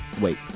Wait